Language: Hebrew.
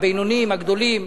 הבינוניים והגדולים,